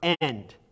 end